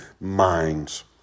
minds